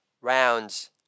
rounds